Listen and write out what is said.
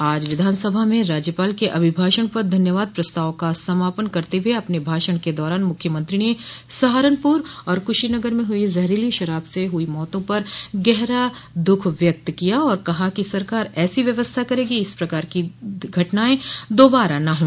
आज विधानसभा में राज्यपाल के अभिभाषण पर धन्यवाद प्रस्ताव का समापन करते हुए अपने भाषण के दौरान मुख्यमंत्री ने सहारनपुर और कुशीनगर में हुई जहरीली शराब से हुई मौतों पर गहरा दुःख व्यक्त किया और कहा कि सरकार ऐसी व्यवस्था करगी कि इस प्रकार की घटनाएं दोबारा न हो